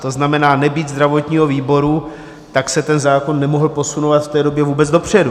To znamená, nebýt zdravotního výboru, tak se ten zákon nemohl posunovat v té době vůbec dopředu.